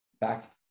back